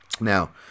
Now